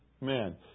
man